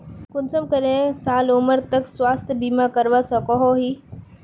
कुंसम करे साल उमर तक स्वास्थ्य बीमा करवा सकोहो ही?